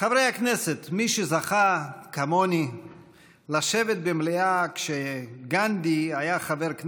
זאבי היקרים וכל מוקירי זכרו של גנדי רחבעם